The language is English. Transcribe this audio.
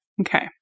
Okay